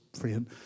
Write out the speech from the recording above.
friend